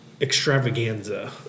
extravaganza